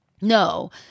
No